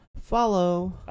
Follow